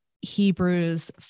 Hebrews